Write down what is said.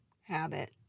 habit